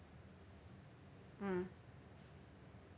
mm